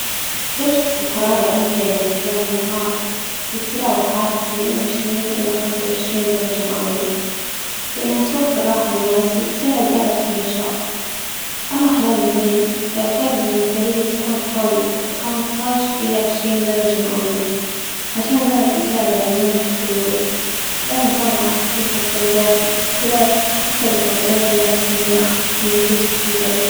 درجة الحرارة الأمثل يعني خلال النهار تتراوح عادة من عشرين إلى خمسة وعشرين درجة مئوية، لإنها توفر راحة للناس وتساعد بعد في النشاط، أما خلال الليل فالدرجة الوترية تكون حوالي الخمسطعش إلى عشرين درجة مئوية، عشان بعد تساعد على النوم بشكل مريح، لازم طبعا تخفيف هالدرجات، إختلاف حسب تفضيلات الناس في المناخ الموجود في كل بلد.